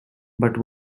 but